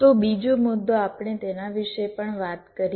તો બીજો મુદ્દો આપણે તેના વિશે પણ વાત કરીએ